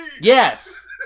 Yes